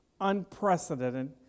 Unprecedented